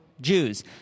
Jews